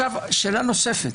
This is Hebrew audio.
שאלה נוספת